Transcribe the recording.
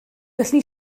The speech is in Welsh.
gallwn